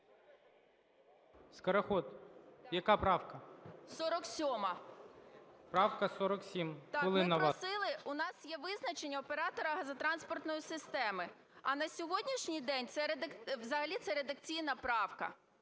ГОЛОВУЮЧИЙ. Правка 47. СКОРОХОД А.К. Так. Ми просили, у нас є визначення оператора газотранспортної системи, а на сьогоднішній день взагалі це редакційна правка.